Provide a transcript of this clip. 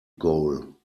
goal